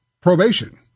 probation